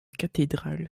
cathédrale